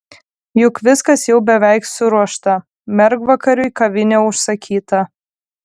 juk viskas jau beveik suruošta mergvakariui kavinė užsakyta